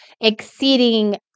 exceeding